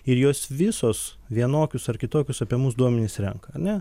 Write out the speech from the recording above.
ir jos visos vienokius ar kitokius apie mus duomenis renka ane